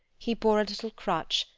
he bore a little crutch,